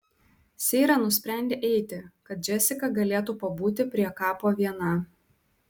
seira nusprendė eiti kad džesika galėtų pabūti prie kapo viena